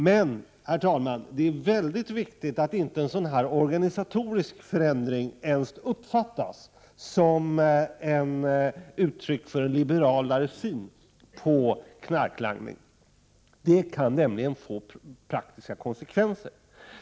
Men, herr talman, det är väldigt viktigt att inte en organisatorisk förändring uppfattas som ett uttryck för en liberalare syn på knarklangning. Det kan nämligen få praktiska konsekvenser.